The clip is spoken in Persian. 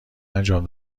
انجام